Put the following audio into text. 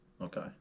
okay